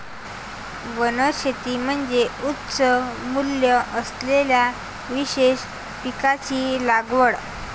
वनशेती म्हणजे उच्च मूल्य असलेल्या विशेष पिकांची लागवड